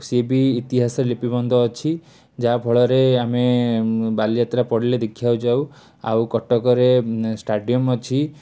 ସିଏ ବି ଇତିହାସରେ ଲିପିବଦ୍ଧ ଅଛି ଯାହାଫଳରେ ଆମେ ବାଲିଯାତ୍ରା ପଡ଼ିଲେ ଦେଖିବାକୁ ଯାଉ ଆଉ କଟକରେ ଉଁ ଷ୍ଟାଡ଼ିୟମ ଅଛି